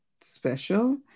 special